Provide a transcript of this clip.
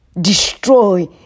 destroy